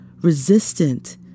resistant